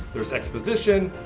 there's exposition,